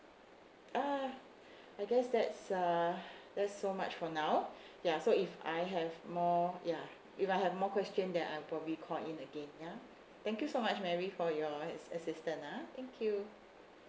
uh I guess that's uh that's so much for now ya so if I have more ya if I have more question then I probably call in again ya thank you so much mary for your assistant ah thank you